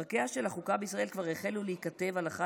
פרקיה של החוקה בישראל כבר החלו להיכתב הלכה